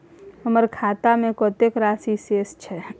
हमर खाता में कतेक राशि शेस छै?